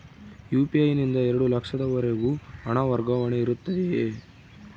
UPI ನಿಂದ ಎರಡು ಲಕ್ಷದವರೆಗೂ ಹಣ ವರ್ಗಾವಣೆ ಇರುತ್ತದೆಯೇ?